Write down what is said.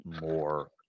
more